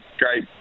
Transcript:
great